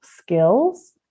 skills